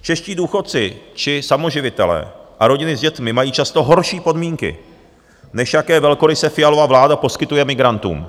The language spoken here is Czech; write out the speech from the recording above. Čeští důchodci či samoživitelé a rodiny s dětmi mají často horší podmínky, než jaké velkoryse Fialova vláda poskytuje migrantům.